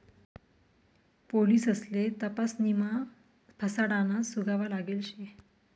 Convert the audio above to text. पोलिससले तपासणीमा फसाडाना सुगावा लागेल शे